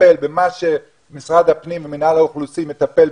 לטפל במה שמשרד הפנים ומינהל האוכלוסין מטפל,